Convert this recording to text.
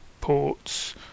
ports